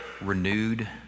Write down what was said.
renewed